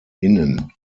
innen